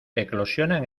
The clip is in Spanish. eclosionan